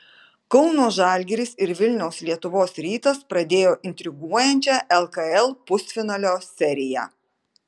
kauno žalgiris ir vilniaus lietuvos rytas pradėjo intriguojančią lkl pusfinalio seriją